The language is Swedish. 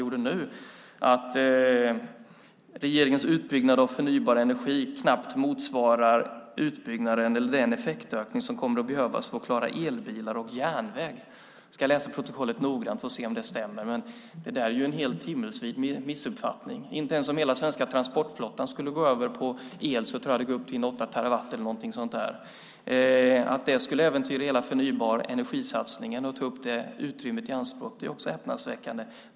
Han sade att regeringens utbyggnad av förnybar energi knappt motsvarar den effektökning som kommer att behövas för att klara elbilar och järnväg. Jag ska läsa protokollet noggrant för att se om det stämmer. Det är ju en himmelsvid missuppfattning. Inte ens om hela den svenska transportflottan skulle gå över på el går det upp till mer än åtta terawatt. Att det skulle äventyra hela den förnybara energisatsningen och ta det utrymmet i anspråk är också häpnadsväckande.